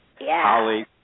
Holly